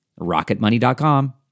RocketMoney.com